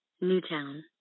Newtown